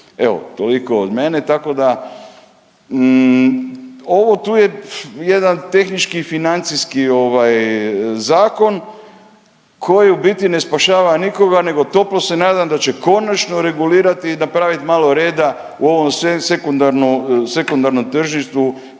Evo, toliko od mene, tako da, ovo tu je jedan tehnički financijski ovaj zakon, koji u biti ne spašava nikoga nego toplo se nadam da će konačno regulirati i napraviti malo reda i ovom sekundarnom tržištu